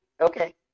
okay